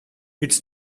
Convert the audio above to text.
its